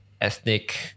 ethnic